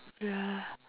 wait ah